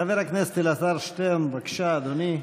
חבר הכנסת אלעזר שטרן, בבקשה, אדוני.